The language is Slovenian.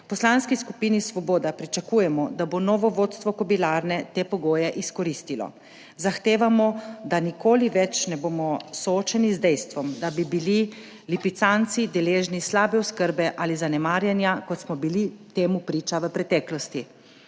V Poslanski skupini Svoboda pričakujemo, da bo novo vodstvo Kobilarne te pogoje izkoristilo. Zahtevamo, da nikoli več ne bomo soočeni z dejstvom, da bi bili lipicanci deležni slabe oskrbe ali zanemarjanja, kot smo bili temu priča v preteklosti.